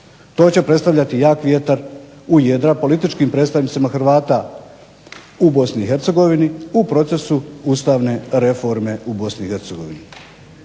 To će predstavljati jak vjetar u jedra političkim predstavnicima Hrvata u BiH u procesu ustavne reforme u BiH.